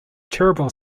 terrible